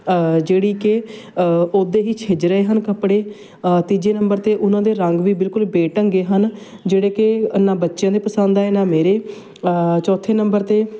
ਜਿਹੜੀ ਕਿ ਉਦੇ ਹੀ ਛਿੱਜ ਰਹੇ ਹਨ ਕੱਪੜੇ ਤੀਜੇ ਨੰਬਰ 'ਤੇ ਉਹਨਾਂ ਦੇ ਰੰਗ ਵੀ ਬਿਲਕੁਲ ਬੇਢੰਗੇ ਹਨ ਜਿਹੜੇ ਕਿ ਨਾ ਬੱਚਿਆਂ ਦੇ ਪਸੰਦ ਆਏ ਨਾ ਮੇਰੇ ਚੌਥੇ ਨੰਬਰ 'ਤੇ